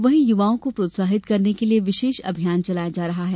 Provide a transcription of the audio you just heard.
वहीं युवाओं को प्रोत्साहित करने के लिये विशेष अभियान चलाया जा रहा है